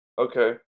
Okay